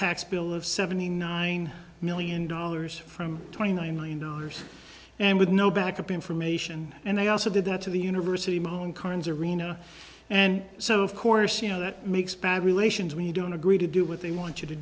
tax bill of seventy nine million dollars from twenty nine million dollars and with no back up information and i also did that to the university mon carnes arena and so of course you know that makes bad relations when you don't agree to do what they want you to